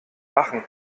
lachen